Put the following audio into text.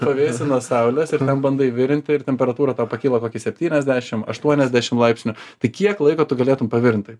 pavėsį nuo saulės ir ten bandai virinti ir temperatūra ten pakyla kokį septyniasdešim aštuoniasdešim laipsnių tai kiek laiko tu galėtum pavirint tai